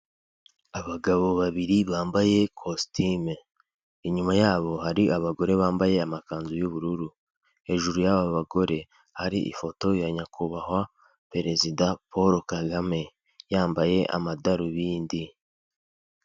Abagabo babiri bambaye ikositimu inyuma yabo hari abagore bambaye amakanzu y'ubururu. Hejuru y'abagore hari ifoto ya nyakubahwa perezida Paul Kagame yambaye amadarubindi.